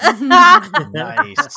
Nice